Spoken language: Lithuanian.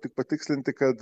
tik patikslinti kad